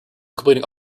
completing